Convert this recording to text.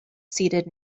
seated